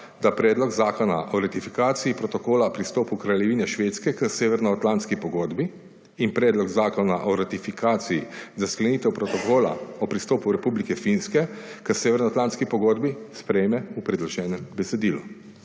da predlog zakona o ratifikaciji protokola pristopu Kraljevine Švedske k severnoatlantski pogodbi in predlog zakona o ratifikaciji za sklenitev protokola o pristopu Republike Finske k severnoatlantski pogodbi sprejme v predloženem besedilu.